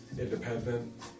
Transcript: independent